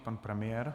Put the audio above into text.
Pan premiér.